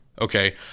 Okay